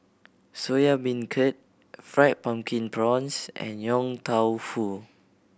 Soya Beancurd Fried Pumpkin Prawns and Yong Tau Foo